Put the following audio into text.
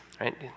Right